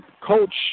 Coach